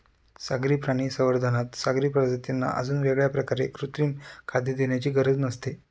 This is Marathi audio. सागरी प्राणी संवर्धनात सागरी प्रजातींना अजून वेगळ्या प्रकारे कृत्रिम खाद्य देण्याची गरज नसते